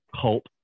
cult